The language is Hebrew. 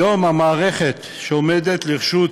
היום המערכת שעומדת לרשות